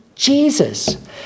Jesus